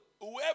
Whoever